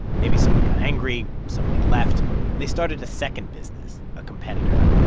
maybe someone got angry, somebody left and they started a second business a competitor.